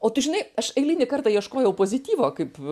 o tu žinai aš eilinį kartą ieškojau pozityvo kaip